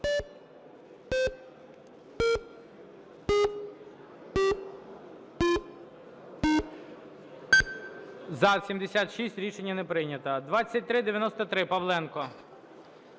За-76 Рішення не прийнято. 2393, Павленко.